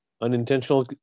unintentional